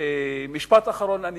משפט אחרון.